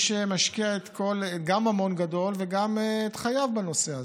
שמשקיע גם ממון גדול וגם את חייו בנושא הזה.